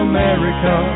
America